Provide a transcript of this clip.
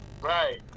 Right